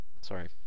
Sorry